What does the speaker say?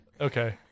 Okay